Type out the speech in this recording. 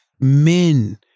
men